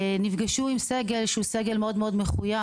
נפגשו עם סגל מאוד מאוד מחויב,